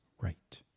right